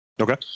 Okay